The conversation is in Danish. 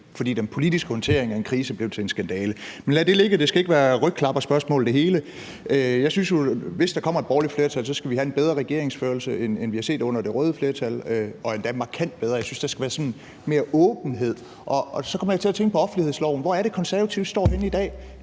fordi den politiske håndtering af en krise blev til en skandale. Men lad det ligge, det hele skal ikke være rygklapperspørgsmål. Jeg synes jo, hvis der kommer et borgerligt flertal, at så skal vi have en bedre regeringsførelse, end vi har set under det røde flertal, og endda markant bedre. Jeg synes, der skal være mere åbenhed, og så kommer jeg til at tænke på offentlighedsloven. Hvor er det, Konservative står henne i dag?